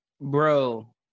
Bro